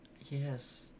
Yes